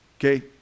okay